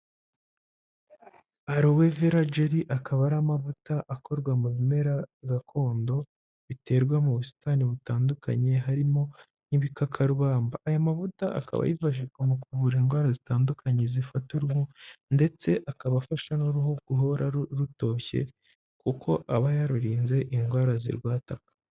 Alowe Vera jeri, akaba ari amavuta akorwa mu bimera gakondo biterwa mu busitani butandukanye, harimo n'ibikakarubamba, aya mavuta akaba yifashishwa mu kuvura indwara zitandukanye zifata uruhu, ndetse akaba afasha n'uruhu guhora rutoshye kuko aba yarurinze indwara zirwataka.